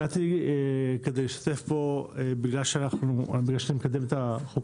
הגעתי כדי לקדם את החוק